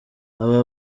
aba